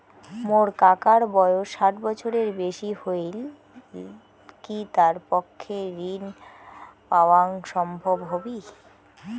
মোর কাকার বয়স ষাট বছরের বেশি হলই কি তার পক্ষে ঋণ পাওয়াং সম্ভব হবি?